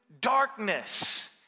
darkness